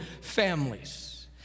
families